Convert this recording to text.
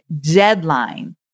deadline